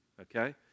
okay